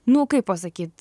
nu kaip pasakyt